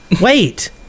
wait